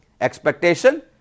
expectation